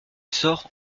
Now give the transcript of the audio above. sort